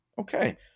Okay